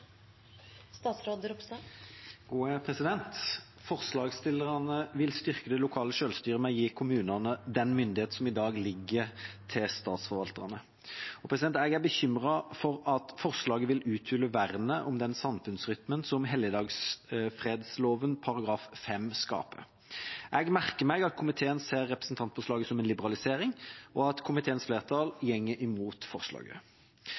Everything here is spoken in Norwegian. Forslagsstillerne vil styrke det lokale selvstyret ved å gi kommunene den myndigheten som i dag ligger til statsforvalterne. Jeg er bekymret for at forslaget vil uthule vernet om den samfunnsrytmen som helligdagsfredloven § 5 skaper. Jeg merker meg at komiteen ser representantforslaget som en liberalisering, og at komiteens flertall går imot forslaget.